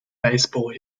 baseball